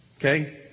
Okay